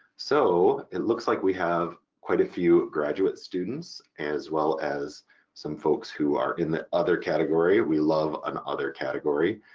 so it looks like we have quite a few graduate students as well as some folks who are in the other category, we love an other category.